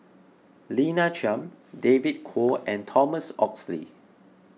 Lina Chiam David Kwo and Thomas Oxley